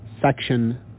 section